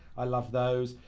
i love those.